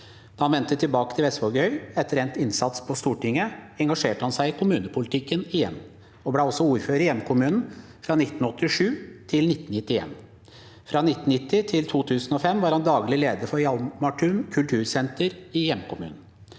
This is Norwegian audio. Da han vendte tilbake til Vestvågøy etter endt innsats på Stortinget, engasjerte han seg i kommunepolitikken igjen og ble også ordfører i hjemkommunen fra 1987 til 1991. Fra 1990 til 2005 var han daglig leder for Hjalmartun kultursenter i hjemkommunen.